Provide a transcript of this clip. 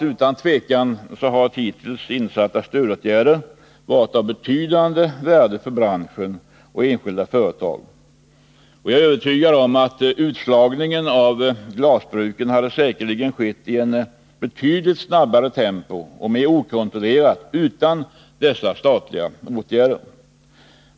Utan tvekan har hittills insatta stödåtgärder varit av betydande värde för branschen och enskilda företag. Jag är övertygad om att utslagningen av glasbruken säkerligen hade skett i än snabbare tempo och mer okontrollerat utan dessa statliga åtgärder.